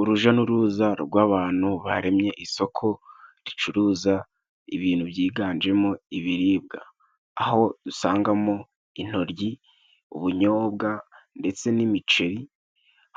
Uruja n'uruza rw'abantu baremye isoko ricuruza ibintu byiganjemo ibiribwa， aho dusangamo intoryi， ubunyobwa ndetse n'imiceri